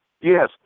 yes